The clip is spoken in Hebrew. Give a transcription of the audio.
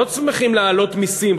לא שמחים להעלות מסים,